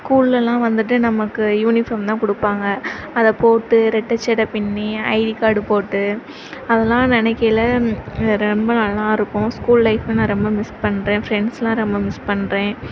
ஸ்கூல்லலாம் வந்துவிட்டு நமக்கு யூனிஃபார்ம் தான் கொடுப்பாங்க அதை போட்டு ரெட்டை ஜட பிண்ணி ஐடி கார்டு போட்டு அதெல்லாம் நினைக்கையில ரொம்ப நல்லாயிருக்கும் ஸ்கூல் லைஃபை நான் ரொம்ப மிஸ் பண்ணுறேன் ஃபிரண்ட்ஸ்லாம் ரொம்ப மிஸ் பண்ணுறேன்